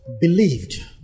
believed